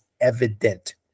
evident